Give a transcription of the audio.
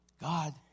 God